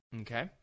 Okay